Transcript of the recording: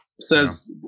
says